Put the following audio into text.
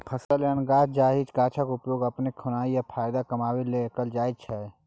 फसल एहन गाछ जाहि गाछक उपयोग अपन खेनाइ या फाएदा कमाबै लेल कएल जाइत छै